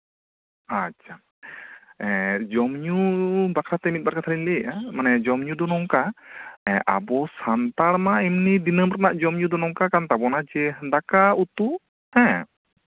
ᱟᱪᱪᱷᱟ ᱮᱸᱜ ᱡᱚᱢᱼᱧᱩ ᱵᱟᱠᱷᱨᱟ ᱛᱮ ᱢᱤᱫᱼᱵᱟᱨ ᱠᱟᱛᱷᱟᱞᱤᱧ ᱞᱟᱹᱭᱮᱫᱼᱟ ᱢᱟᱱᱮ ᱡᱚᱢᱼᱧᱩ ᱫᱚ ᱱᱚᱝᱠᱟ ᱟᱵᱚ ᱥᱟᱱᱛᱟᱲ ᱢᱟ ᱮᱢᱱᱤ ᱫᱤᱱᱟᱹᱢ ᱨᱮᱭᱟᱜ ᱡᱚᱢᱼᱧᱩ ᱱᱚᱝᱠᱟ ᱠᱟᱱ ᱛᱟᱵᱚᱱᱟ ᱡᱮ ᱫᱟᱠᱟ ᱩᱛᱩ ᱦᱮᱸ